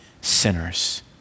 sinners